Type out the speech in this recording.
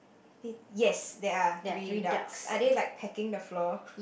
p~ yes there are three ducks are they like pecking the floor